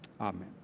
Amen